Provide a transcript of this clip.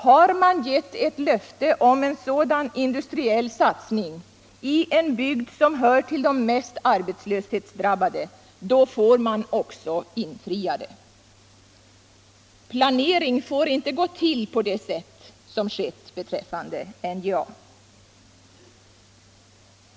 Har man gett ett löfte om en sådan industriell satsning i en bygd som hör till de mest arbetslöshetsdrabbade, får man också infria det. Planering får inte gå till på det sätt som skett beträffande NJA.